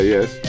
Yes